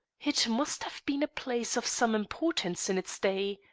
it must have been a place of some importance in its day,